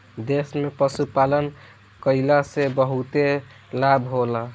देश में पशुपालन कईला से बहुते लाभ होला